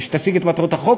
שתשיג את מטרות החוק,